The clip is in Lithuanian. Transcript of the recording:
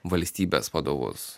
valstybės vadovus